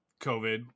COVID